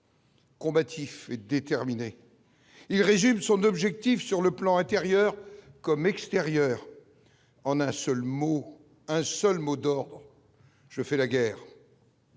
Combatifs, déterminés, il résume son objectif sur le plan intérieur comme extérieur en un seul mot, un seul mot d'or, je fais la guerre.